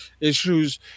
issues